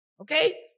Okay